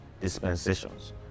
dispensations